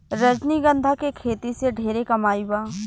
रजनीगंधा के खेती से ढेरे कमाई बा